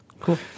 Cool